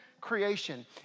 creation